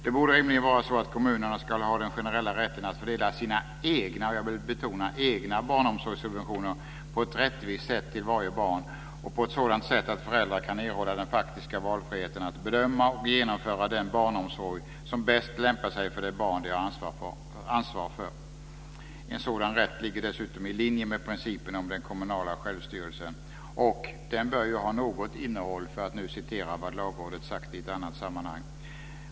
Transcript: Det borde rimligtvis vara så att kommunerna ska ha den generella rätten att fördela sina egna - och jag vill betona egna - barnomsorgssubventioner på ett rättvis sätt till varje barn och på ett sådant sätt att föräldrar kan erhålla den faktiska valfriheten att bedöma och anlita den barnomsorg som bäst lämpar sig för de barn som man har ansvar för. En sådan rätt ligger dessutom i linje med principen om den kommunala självstyrelsen, och den bör ju ha något innehåll - för att citera vad Lagrådet sagt i ett annat sammanhang.